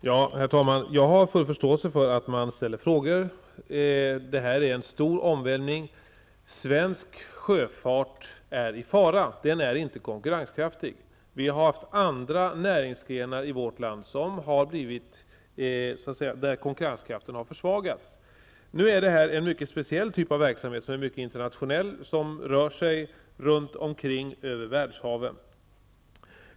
Herr talman! Jag har full förståelse för att man ställer frågor. Här är det fråga om en stor omvälvning. Svensk sjöfart är i fara. Den är inte konkurrenskraftig. Vi har andra näringsgrenar i vårt land där konkurrensen har försvagats. Nu är det här en mycket speciell typ av internationell verksamhet, som sträcker sig över världshaven.